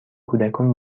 کودکان